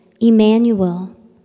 Emmanuel